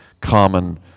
common